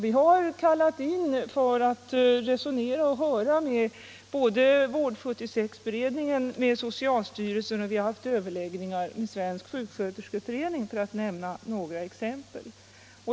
Vi har kallat in —- för att resonera med och höra — representanter för både Vård-76 och socialstyrelsen, och vi har haft överläggningar med Svensk sjuksköterskeförening, för att nämna några exempel.